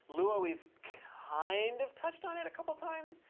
lua we've kind of touched on it a couple times.